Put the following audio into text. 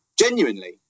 genuinely